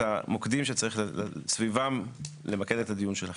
מוקדים סביבם צריך לנהל את הדיון שלכם.